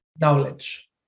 knowledge